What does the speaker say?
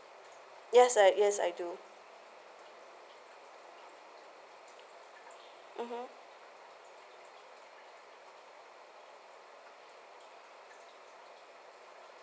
yes I yes I do mmhmm